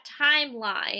timeline